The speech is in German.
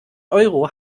euro